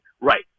Right